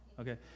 okay